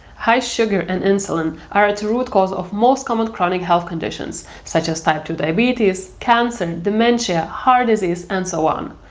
high sugar and insulin are at the root cause of most common chronic health conditions, such as type two diabetes, cancer, dementia, heart disease, and so on.